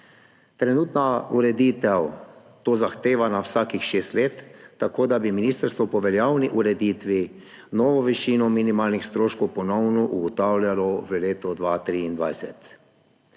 Trenutna ureditev to zahteva na vsakih šest let, tako da bi ministrstvo po veljavni ureditvi novo višino minimalnih stroškov ponovno ugotavljalo v letu 2023.